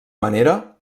manera